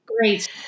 Great